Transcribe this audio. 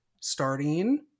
starting